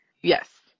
yes